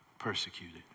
persecuted